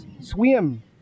Swim